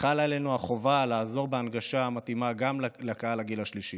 חלה עלינו החובה לעזור בהנגשה המתאימה גם לקהל הגיל השלישי.